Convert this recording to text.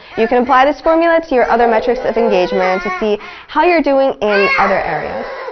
you can apply this formula to your other metrics of engagement and to see how you're doing in other areas.